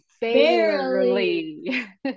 Barely